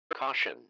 Caution